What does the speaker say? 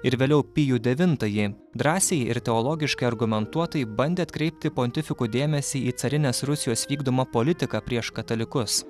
ir vėliau pijų devintąjį drąsiai ir teologiškai argumentuotai bandė atkreipti pontifikų dėmesį į carinės rusijos vykdomą politiką prieš katalikus